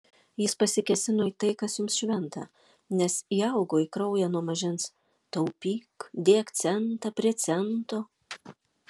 jis pasikėsino į tai kas jums šventa nes įaugo į kraują nuo mažens taupyk dėk centą prie cento